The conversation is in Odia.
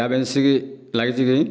କ୍ୟାବ୍ ଏଜେନ୍ସିକେ ଲାଗିଛି କି